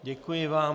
Děkuji vám.